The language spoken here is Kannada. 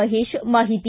ಮಹೇಶ್ ಮಾಹಿತಿ